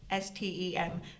STEM